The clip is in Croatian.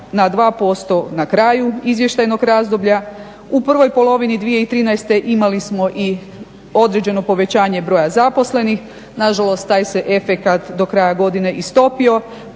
na 2% na kraju izvještajnog razdoblja. U prvoj polovini 2013. imali smo i određeno povećanje broja zaposlenih. Nažalost, taj se efekat do kraja godine istopio.